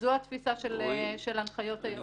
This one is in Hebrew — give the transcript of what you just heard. זו התפיסה של הנחיות היועץ,